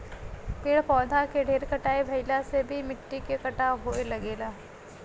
पेड़ पौधा के ढेर कटाई भइला से भी मिट्टी के कटाव होये लगेला